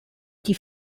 die